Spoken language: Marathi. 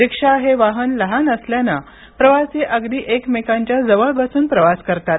रिक्षा हे वाहन लहान असलल्याने प्रवासी अगदी एकमेकांच्या जवळ बसून प्रवास करतात